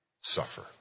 suffer